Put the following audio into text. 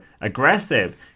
aggressive